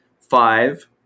five